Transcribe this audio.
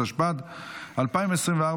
התשפ"ד 2024,